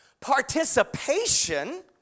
participation